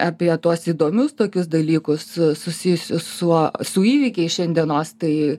apie tuos įdomius tokius dalykus susijusius su su įvykiais šiandienos tai